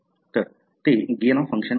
तर ते gain of function आहे